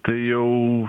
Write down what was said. tai jau